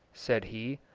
said he,